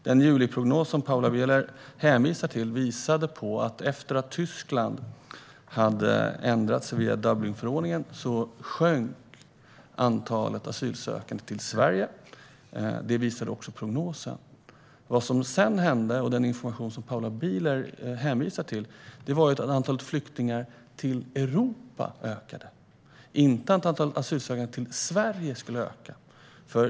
Den juliprognos Paula Bieler hänvisar till visade att antalet asylsökande till Sverige sjönk efter att Tyskland hade ändrat sig om Dublinförordningen. Det visade också prognosen. Vad som sedan hände, och den information Paula Bieler hänvisar till, var att antalet flyktingar till Europa ökade - inte att antalet asylsökande till Sverige skulle öka.